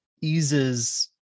eases